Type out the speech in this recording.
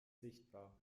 sichtbar